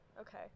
Okay